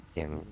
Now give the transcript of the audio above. yang